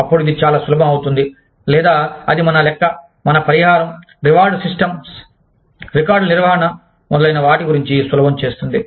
అప్పుడు ఇది చాలా సులభం అవుతుంది లేదా అది మన లెక్క మన పరిహారం రివార్డ్ సిస్టమ్స్ రికార్డుల నిర్వహణ మొదలైన వాటి గురించి సులభం చేస్తుంది